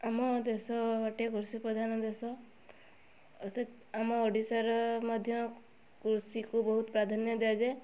ଆମ ଦେଶ ଗୋଟେ କୃଷି ପ୍ରଧାନ ଦେଶ ସେ ଆମ ଓଡ଼ିଶାର ମଧ୍ୟ କୃଷିକୁ ବହୁତ ପ୍ରାଧାନ୍ୟ ଦିଆଯାଏ